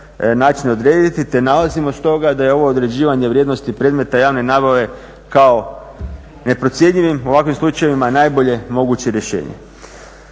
način odrediti te nalazimo stoga da je ovo određivanje vrijednosti predmeta javne nabave kao neprocjenjivim u ovakvim slučajevima najbolje moguće rješenje.